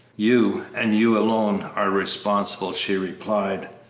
you, and you alone, are responsible, she replied.